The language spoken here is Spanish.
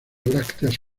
brácteas